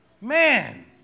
Man